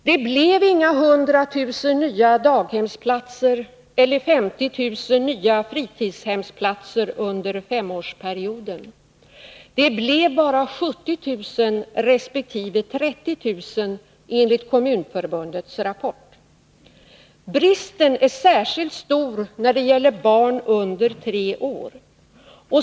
Det blev inga 100 000 nya daghemsplatser eller 50 000 nya fritidshemsplatser under femårsperioden. Det blev bara 70 000 resp. 30 000 enligt Kommunförbundets rapport. Bristen är särskilt stor när det gäller barn under tre år.